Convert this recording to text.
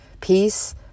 peace